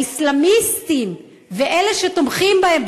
האסלאמיסטים ואלה שתומכים בהם,